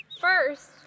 First